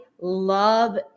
love